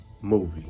movie